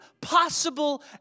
possible